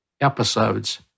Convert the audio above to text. episodes